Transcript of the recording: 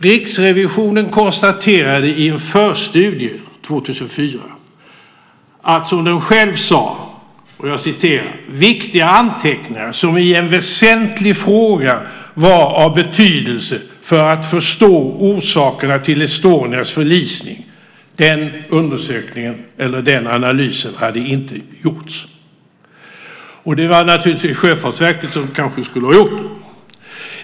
Riksrevisionen konstaterade i en förstudie 2004 att, som den själv sade, viktiga anteckningar som i "en väsentlig fråga vara av betydelse för att förstå orsakerna till Estonias förlisning" hade inte blivit analyserade. Det var naturligtvis Sjöfartsverket som skulle ha gjort det.